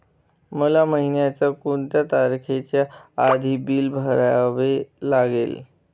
मला महिन्याचा कोणत्या तारखेच्या आधी बिल भरावे लागेल?